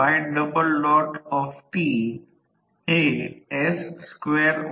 ही एक समस्या आहे जेव्हा 200 व्होल्ट चे रेटेड व्होल्टेज प्राथमिक 10 एम्पीयर 0